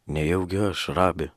nejaugi aš rabi